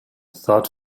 thought